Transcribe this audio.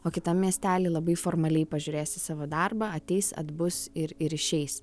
o kitam miestelį labai formaliai pažiūrės į savo darbą ateis atbus ir ir išeis